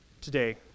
today